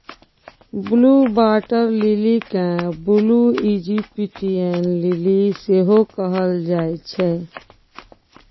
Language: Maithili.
ब्लु बाटर लिली केँ ब्लु इजिप्टियन लिली सेहो कहल जाइ छै